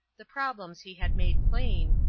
the problems he had made plain,